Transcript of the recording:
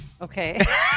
Okay